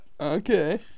Okay